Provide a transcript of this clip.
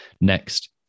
next